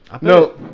No